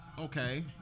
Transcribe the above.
okay